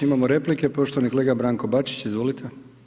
Imamo replike, poštovani kolega Branko Bačić, izvolite.